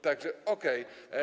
Tak że okej.